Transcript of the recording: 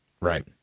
Right